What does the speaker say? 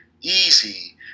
easy